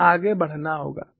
हमें आगे बढ़ना होगा